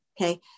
Okay